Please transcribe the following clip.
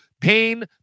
Pain